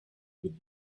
with